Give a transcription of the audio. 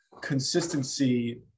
consistency